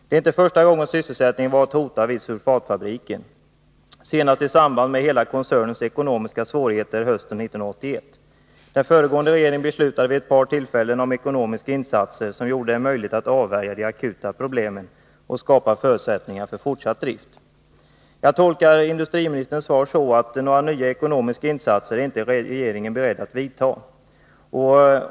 Det är inte första gången sysselsättningen hotats vid sulfatfabriken — senast var det i samband med hela koncernens ekonomiska svårigheter hösten 1981. Den föregående regeringen beslutade vid ett par tillfällen om ekonomiska insatser som gjorde det möjligt att avvärja de akuta problemen och skapa förutsättningar för fortsatt drift. Jag tolkar industriministerns svar så att regeringen inte är beredd att göra några ekonomiska insatser.